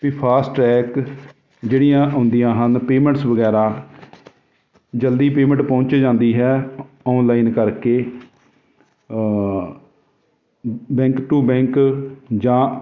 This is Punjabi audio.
ਵੀ ਫਾਸਟ ਟਰੈਕ ਜਿਹੜੀਆਂ ਆਉਂਦੀਆਂ ਹਨ ਪੇਮੈਂਟਸ ਵਗੈਰਾ ਜਲਦੀ ਪੇਮੈਂਟ ਪਹੁੰਚ ਜਾਂਦੀ ਹੈ ਆਨਲਾਈਨ ਕਰਕੇ ਬੈਂਕ ਟੂ ਬੈਂਕ ਜਾਂ